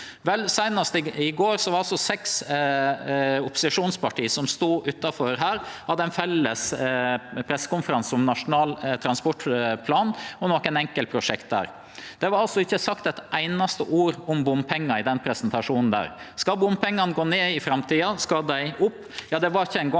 i går stod seks opposisjonsparti utanfor her og hadde ein felles pressekonferanse om Nasjonal transportplan og nokre enkeltprosjekt der. Det vart altså ikkje sagt eit einaste ord om bompengar i den presentasjonen. Skal bompengane gå ned i framtida, skal dei opp?